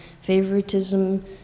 favoritism